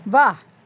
واہ